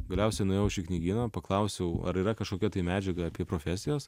galiausiai nuėjau aš į knygyną paklausiau ar yra kažkokia tai medžiaga apie profesijas